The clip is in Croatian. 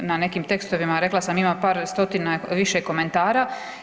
Na nekim tekstovima rekla sam ima par stotina i više komentara.